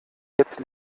jetzt